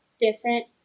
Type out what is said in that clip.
different